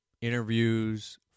interviews